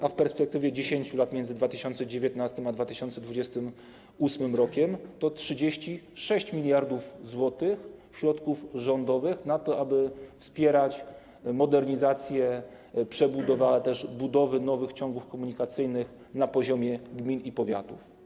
A w perspektywie 10 lat, między 2019 r. a 2028 r., to 36 mld zł środków rządowych na to, aby wspierać modernizację, przebudowę, ale też budowę nowych ciągów komunikacyjnych na poziomie gmin i powiatów.